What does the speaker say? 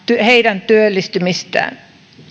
heidän työllistymistään